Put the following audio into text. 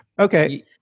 Okay